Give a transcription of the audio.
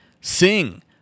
Sing